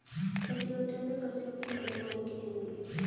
cultivator से फसलों की निराई गुड़ाई की जाती है